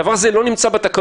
שהדבר הזה לא נמצא בתקנות?